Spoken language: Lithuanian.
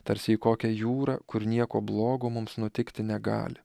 tarsi į kokią jūrą kur nieko blogo mums nutikti negali